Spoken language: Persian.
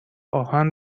آهن